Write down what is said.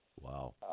Wow